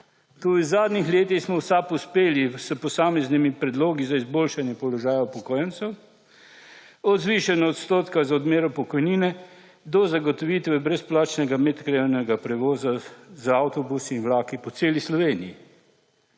Tudi v zadnjih letih smo v SAB uspeli s posameznimi predlogi za izboljšanje položaja upokojencev od zvišanja odstotka za odmero pokojnine do zagotovitve brezplačnega medkrajevnega prevoza z avtobusi in vlaki po celi Sloveniji.